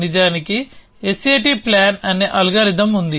నిజానికి SAT plan అనే algorithm ఉంది